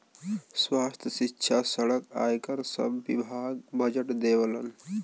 स्वास्थ्य, सिक्षा, सड़क, आयकर सब विभाग बजट देवलन